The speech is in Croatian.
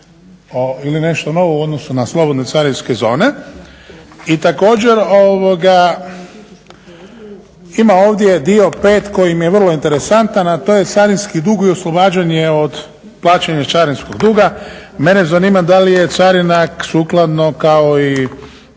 ili nešto novo u odnosu na slobodne carinske zone. I također ima ovdje dio 5 koji mi je vrlo interesantan, a to je carinski dug i oslobađanje od plaćanja carinskog duga. Mene zanima da li je carina sukladno kao i